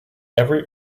every